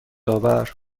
آور